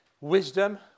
Wisdom